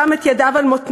שם את ידיו על מותניו,